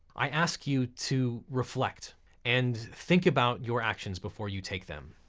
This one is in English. i ask you to reflect and think about your actions before you take them.